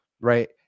right